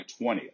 20th